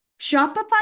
Shopify